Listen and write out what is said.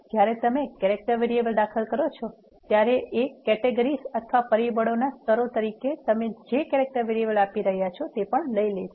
જ્યારે તમે character variable દાખલ કરો છો ત્યારે તે કેટેગરીઝ અથવા પરિબળોના સ્તરો તરીકે તમે જે કેરેક્ટર વેરીએબલ આપી રહ્યા છો તે લે છે